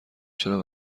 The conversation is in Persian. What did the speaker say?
چرا